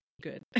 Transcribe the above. good